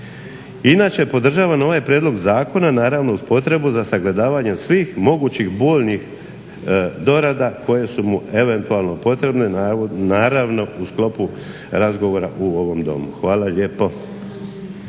Inače podržavam ovaj prijedlog zakona naravno uz potrebu za sagledavanjem svih mogućih bolnih dorada koje su mu eventualno potrebne, naravno u sklopu razgovora u ovom domu. Hvala lijepo.